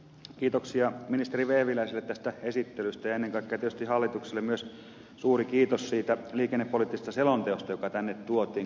kiitoksia ministeri vehviläiselle tästä esittelystä ja ennen kaikkea tietysti hallitukselle myös suuri kiitos siitä liikennepoliittisesta selonteosta joka tänne tuotiin